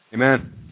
Amen